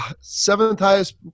seventh-highest